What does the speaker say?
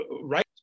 right